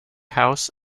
house